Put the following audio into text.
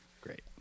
great